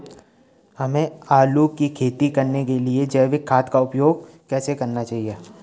हमें आलू की खेती करने के लिए जैविक खाद का उपयोग कैसे करना चाहिए?